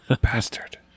bastard